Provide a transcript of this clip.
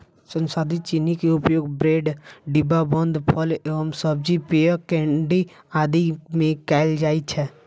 संसाधित चीनी के उपयोग ब्रेड, डिब्बाबंद फल एवं सब्जी, पेय, केंडी आदि मे कैल जाइ छै